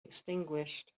extinguished